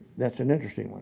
that's an interesting one.